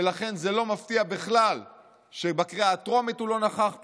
ולכן זה לא מפתיע בכלל שבקריאה הטרומית הוא לא נכח פה,